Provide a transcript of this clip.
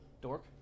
dork